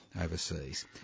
overseas